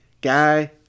guy